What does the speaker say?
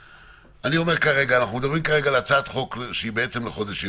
אנחנו מדברים כרגע על הצעת חוק לחודש ימים.